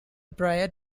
prayer